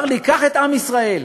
ולא הגענו להבנות בעניין הזה.